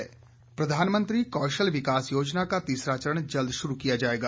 कौशल विकास प्रधानमंत्री कौशल विकास योजना का तीसरा चरण जल्द श्रू किया जायेगा